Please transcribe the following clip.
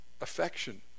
affection